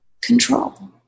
control